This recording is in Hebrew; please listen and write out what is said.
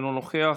אינו נוכח,